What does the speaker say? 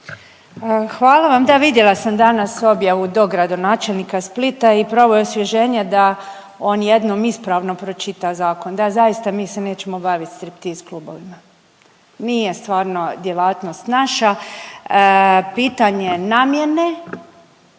Hvala vam, da vidjela sam danas objavu dogradonačelnika Splita i pravo je osvježenje da on jednom ispravno pročita zakon. Da, zaista mi se nećemo baviti striptiz klubovima. Nije stvarno djelatnost naša. Pitanje namjene